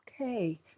Okay